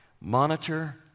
Monitor